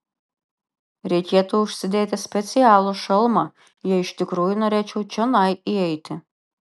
reikėtų užsidėti specialų šalmą jei iš tikrųjų norėčiau čionai įeiti